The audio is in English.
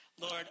Lord